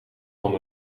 van